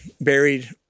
buried